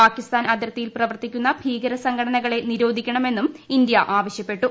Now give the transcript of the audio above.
പാകിസ്ഥാൻ അതിർത്തിയിൽ പ്രവർത്തിക്കുന്ന ഭീകര സംഘടനകളെ നിരോധിക്കണ മെന്നും ഇന്ത്യ ആവശ്യപ്പെട്ടു